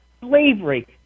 Slavery